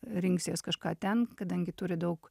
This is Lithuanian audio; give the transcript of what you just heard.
rinksies kažką ten kadangi turi daug